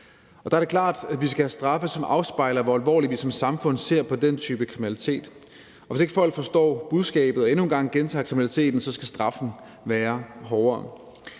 Der er det klart, at vi skal have straffe, som afspejler, hvor alvorligt vi som samfund ser på den type kriminalitet. Hvis folk ikke forstår budskabet og de endnu en gang gentager kriminaliteten, skal straffen være hårdere.